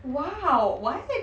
!wow! what